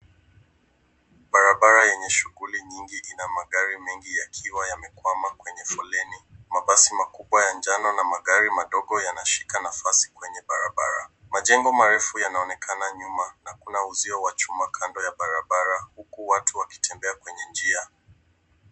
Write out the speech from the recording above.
Barabara enye shuguli nyingi ina magari mengi yakiwa yamekwama kwenye foleni, mabasi makubwa ya njano na magari madogo yanshika nafasi kwenye barabara, majengo marefu yanaonekana nyuma na kuna uzio wa chuma kando ya barabara huku watu wkitembea kwenye njia.